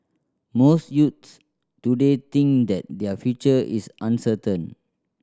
most youths today think that their future is uncertain